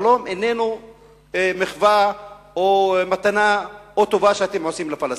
שלום אינו מחווה או מתנה או טובה שאתם עושים לפלסטינים.